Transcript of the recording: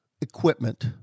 equipment